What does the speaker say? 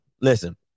Listen